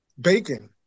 bacon